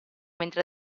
mentre